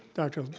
dr.